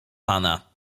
pana